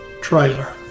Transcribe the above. trailer